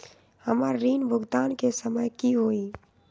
हमर ऋण भुगतान के समय कि होई?